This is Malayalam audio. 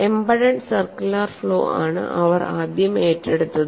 എംബഡെഡ് സർക്കുലർ ഫ്ലോ ആണ് അവർ ആദ്യം ഏറ്റെടുത്തത്